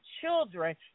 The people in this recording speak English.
children